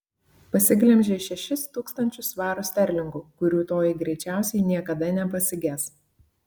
pasiglemžei šešis tūkstančius svarų sterlingų kurių toji greičiausiai niekada nepasiges